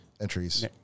entries